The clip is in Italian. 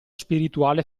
spirituale